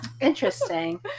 Interesting